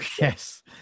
yes